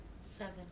Seven